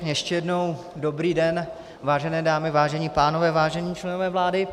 Ještě jednou dobrý den, vážené dámy, vážení pánové, vážení členové vlády.